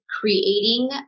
creating